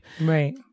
Right